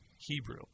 Hebrew